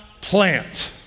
plant